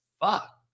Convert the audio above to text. fuck